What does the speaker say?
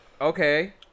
okay